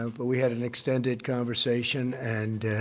um but we had an extended conversation and